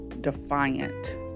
defiant